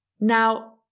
Now